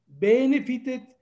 benefited